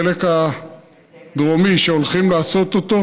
החלק הדרומי שהולכים לעשות אותו,